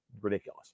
ridiculous